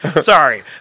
Sorry